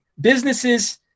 businesses